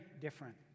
different